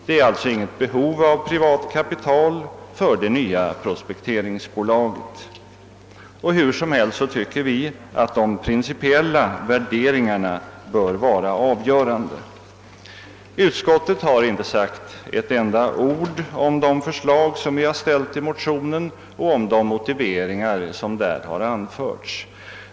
Det finns alltså inget behov av privat kapital för det nya prospekteringsbolaget. Och hur som helst tycker vi att de principiella värderingarna bör vara avgörande. Utskottet har inte sagt ett enda ord om de förslag vi framställt i motionen och om de motiveringar som däri anförts.